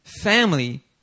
Family